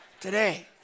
Today